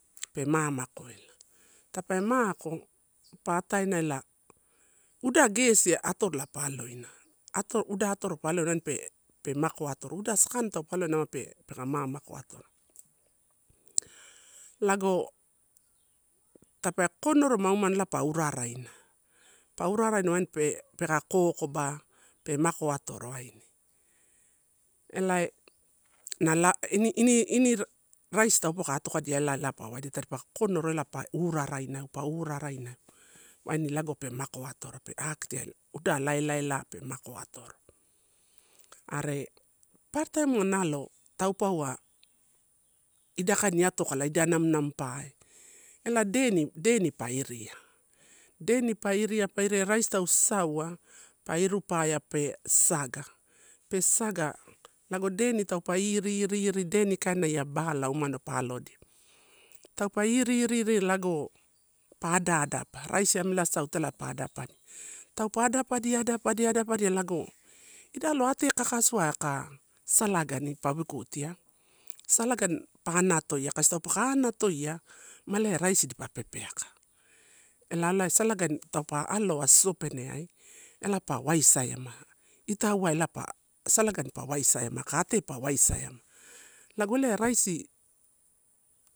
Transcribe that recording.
Pe mamaku ela, tape mako pa ataenala. Uda gesi atorola pa aloina, ato, uda atoro pa aloina pe pe mako atovo, uda sakanina taupe aloina peka mamaku atovo. Lago tape kokonoroma umano pa uraraina, pa uraraina wain pe, peka kokoba pe mako atoro waini, elae na raisi taupapuwa pa tokodia ela, ela pa waidia tadipa kokonoro ela pa uraraina, pa urarainaeu ani lago pe mako atoro pe akete udala lai lai lai pe mako atoro. Are papara taim uai halo taupauwa ida kaini atokala idea namunamu pae, ela deni deni pa iria, deni pa iria, pa iria raisi tausasaua pa irupaea pe sasaga pe sasaga lago deni taupe iri, iri, iri deni kaina ia bala umado pa aloddia. Taupa iri, iri, iri lago pa adaeadapa, raisi amela sasau ela pa adapadia. Taupa adapadia, adapadia, adapadia lago, ida loai ate kakasuai aka salagoni pa wikutia, salagani pa anatoia taupe ka anatoia male raisi dipa pepeaka. Ela alai satagani aloa sosopeneai ela pa waisaiama, itauai ela salagani aka ate pa waisaiama, lago elai ia raisi.